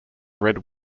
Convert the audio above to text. red